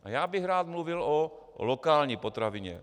A já bych rád mluvil o lokální potravině.